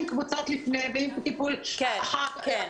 עם קבוצות לפני ועם טיפול אחר כך.